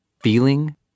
feeling